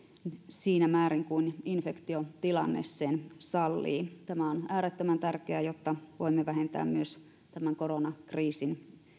siinä määrin kuin infektiotilanne sen sallii tämä on äärettömän tärkeää jotta voimme vähentää myös koronakriisin